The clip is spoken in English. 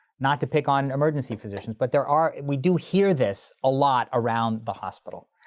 not to pick on emergency physicians, but there are, we do hear this a lot around the hospital.